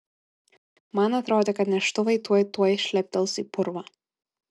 man atrodė kad neštuvai tuoj tuoj šleptels į purvą